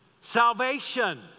salvation